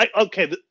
okay